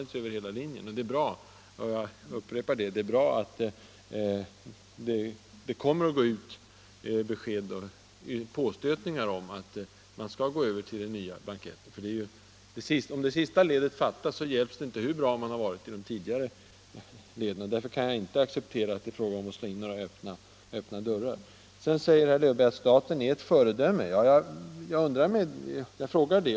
Det är bra att det finns en ny blankett, men det är ännu bättre om den används över hela linjen. Sedan förklarar herr Löfberg att staten är ett föredöme. Jag undrar det.